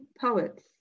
poets